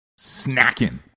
snacking